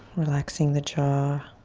relaxing the jaw,